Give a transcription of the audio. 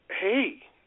hey